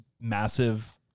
massive